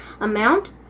amount